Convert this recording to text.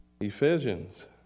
Ephesians